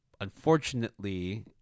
Unfortunately